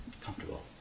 comfortable